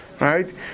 Right